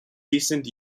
recent